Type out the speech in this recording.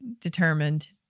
determined